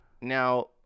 Now